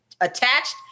attached